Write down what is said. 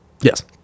Yes